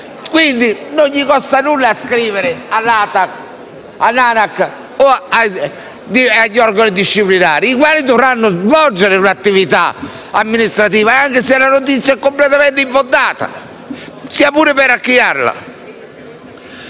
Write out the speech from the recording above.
Non costerà nulla scrivere all'ANAC o agli organi disciplinari, i quali dovranno svolgere un'attività amministrativa anche se la notizia è completamente infondata, sia pure solo per archiviarla.